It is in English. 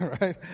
right